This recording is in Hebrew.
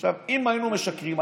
אם היינו משקרים,